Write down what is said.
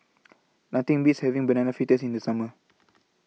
Nothing Beats having Banana Fritters in The Summer